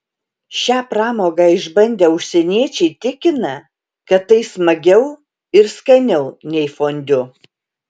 šią pramogą išbandę užsieniečiai tikina kad tai smagiau ir skaniau nei fondiu